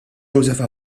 joseph